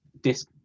Disc